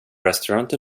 restaurant